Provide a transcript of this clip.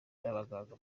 n’abaganga